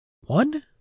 one